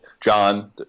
John